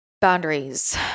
Boundaries